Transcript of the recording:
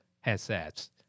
headsets